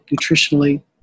Nutritionally